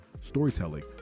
storytelling